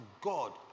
God